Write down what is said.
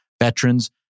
veterans